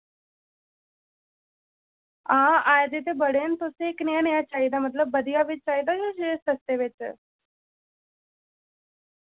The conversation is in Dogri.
हां आए दे ते बड़े न तुसें कनेहा नेहा चाहिदा मतलब बधिया विच चाहिदा यां एह् सस्ते विच